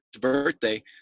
birthday